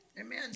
Amen